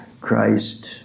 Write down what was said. Christ